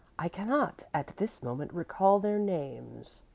i cannot at this moment recall their names.